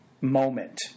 moment